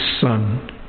son